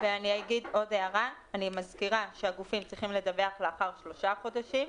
אני גם מזכירה שהגופים צריכים לדווח לאחר 3 חודשים,